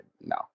no